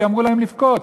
כי אמרו להם לבכות.